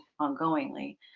ongoingly